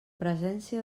presència